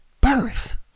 birth